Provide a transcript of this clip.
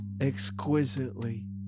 exquisitely